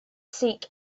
seek